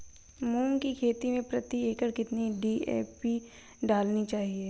मूंग की खेती में प्रति एकड़ कितनी डी.ए.पी डालनी चाहिए?